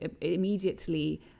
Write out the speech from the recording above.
immediately